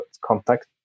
contact